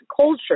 culture